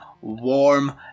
warm